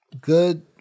good